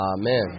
Amen